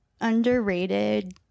underrated